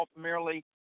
merely